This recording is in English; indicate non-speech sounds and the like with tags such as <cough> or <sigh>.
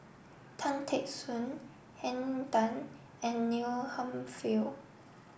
Tan Teck Soon Henn Tan and Neil <unintelligible>